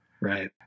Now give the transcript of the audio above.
Right